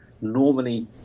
normally